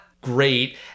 great